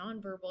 nonverbal